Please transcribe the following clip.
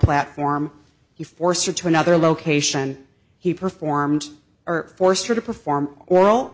platform you forced her to another location he performed or forced her to perform oral